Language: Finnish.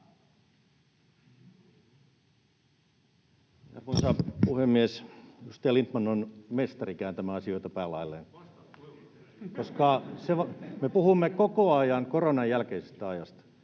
Arvoisa puhemies! Edustaja Lindtman on mestari kääntämään asioita päälaelleen. Me puhumme koko ajan koronan jälkeisestä ajasta.